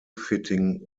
fitting